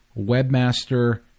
webmaster